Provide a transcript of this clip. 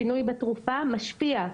שינוי בתרופה משפיע.